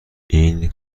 این